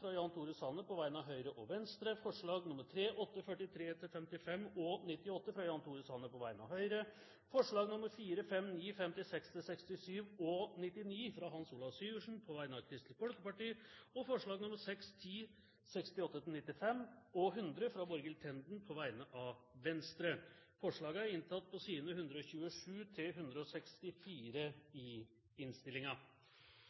fra Jan Tore Sanner på vegne av Høyre og Venstre forslagene nr. 3, 8, 43–55 og 98, fra Jan Tore Sanner på vegne av Høyre forslagene nr. 4, 5, 9, 56–67 og 99, fra Hans Olav Syversen på vegne av Kristelig Folkeparti forslagene nr. 6, 10, 68–95 og 100, fra Borghild Tenden på vegne av Venstre Når det gjelder den videre votering, vil presidenten henvise til